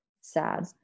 Sad